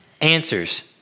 Answers